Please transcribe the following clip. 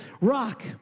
rock